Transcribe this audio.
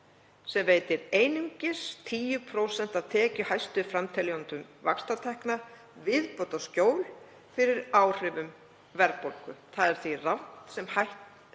sem veitir einungis 10% af tekjuhæstu framteljendum vaxtatekna viðbótarskjól fyrir áhrifum verðbólgu.“ — Það er því rangt sem fram